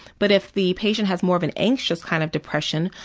but if the patient has more of an anxious kind of depression,